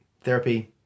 therapy